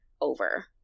over